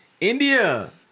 India